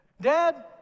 Dad